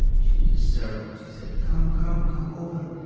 she was hysterical and she said, come, come, come over.